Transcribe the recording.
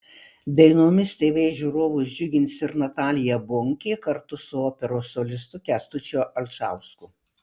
dainomis tv žiūrovus džiugins ir natalija bunkė kartu su operos solistu kęstučiu alčausku